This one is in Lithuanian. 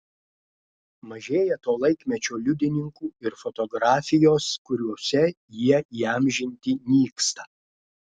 mažėja to laikmečio liudininkų ir fotografijos kuriuose jie įamžinti nyksta